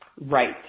Right